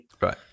Right